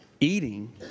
eating